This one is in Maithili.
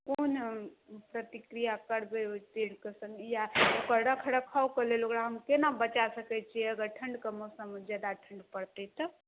कोन प्रतिक्रिआ करबै ओहि पेड़ कऽ तऽ या ओकर रख रखाव कऽ लेल ओकरा हम केना बचा सकैत छियै अगर ठण्ढ कऽ मौसममे जादा ठण्ढ पड़तै तऽ